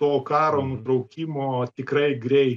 to karo nutraukimo tikrai grei